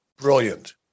Brilliant